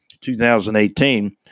2018